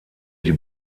die